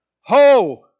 Ho